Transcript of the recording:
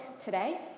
today